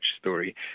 story